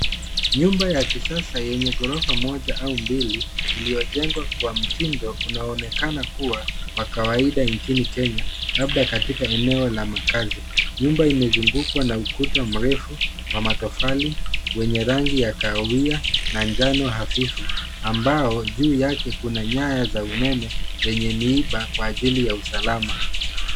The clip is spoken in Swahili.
Nyumba ya kisasa yenye ghorofa moja au mbili iliyojengwa kwa mtindo unaoonekana kuwa wa kawaida nchini Kenya, labda katika eneo la makazi. Nyumba imezungukwa na ukuta mrefu wa matofali wenye rangi ya kahawia na njano hafifu ambao juu yake kuna nyaya za umeme zenye miiba kwa ajili ya usalama.